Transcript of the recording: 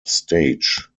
stage